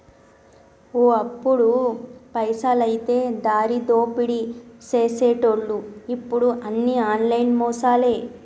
ఓ అప్పుడు పైసలైతే దారిదోపిడీ సేసెటోళ్లు ఇప్పుడు అన్ని ఆన్లైన్ మోసాలే